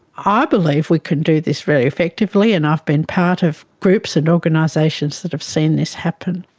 ah believe we could do this very effectively and i've been part of groups and organisations that have seen this happen.